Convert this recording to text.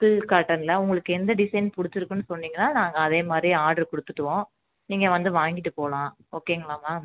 silk காட்டனில் உங்களுக்கு எந்த டிஸைன் பிடிச்சிருக்குன்னு சொன்னீங்கனால் நாங்கள் அதே மாதிரி ஆட்ரு கொடுத்துட்டுவோம் நீங்கள் வந்து வாங்கிட்டு போகலாம் ஓகேங்களா மேம்